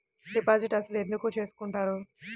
Deposit అసలు ఎందుకు చేసుకుంటారు?